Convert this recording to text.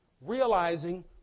realizing